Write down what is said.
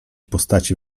postacie